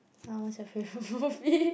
!huh! what's your favourite movie